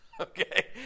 Okay